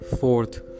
fourth